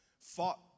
fought